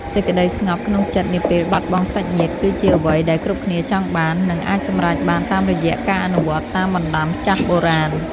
សេចក្តីស្ងប់ក្នុងចិត្តនាពេលបាត់បង់សាច់ញាតិគឺជាអ្វីដែលគ្រប់គ្នាចង់បាន និង អាចសម្រេចបានតាមរយៈការអនុវត្តតាមបណ្តាំចាស់បុរាណ។